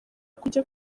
kujya